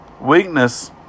Weakness